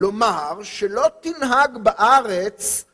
‫לומר שלא תנהג בארץ...